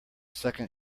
second